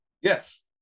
Yes